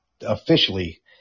officially